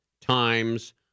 times